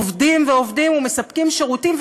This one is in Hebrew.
עובדים ועובדים ומספקים שירותים,